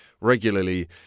regularly